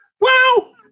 Wow